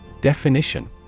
Definition